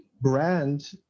brand